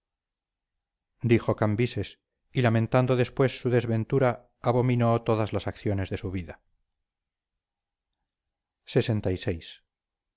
dijo cambises y lamentando después su desventura abominó todas las acciones de su vida lxvi los